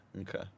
okay